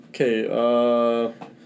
Okay